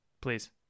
please